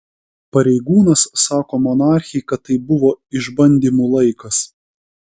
pareigūnas sako monarchei kad tai buvo išbandymų laikas